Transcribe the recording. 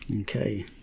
Okay